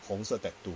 红色 tattoo